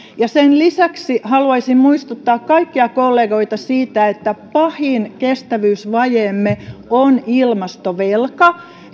ja sen lisäksi haluaisin muistuttaa kaikkia kollegoita siitä että pahin kestävyysvajeemme on ilmastovelka